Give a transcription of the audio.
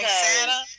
Santa